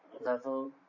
level